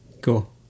Cool